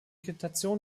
vegetation